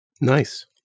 Nice